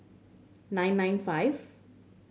nine nine five